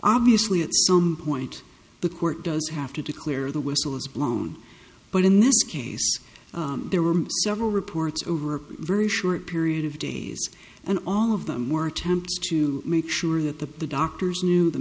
obviously at some point the court does have to declare the whistle is blown but in this case there were several reports over a very short period of days and all of them were attempts to make sure that the the doctors knew the